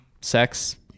sex